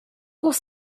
was